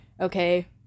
Okay